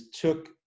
took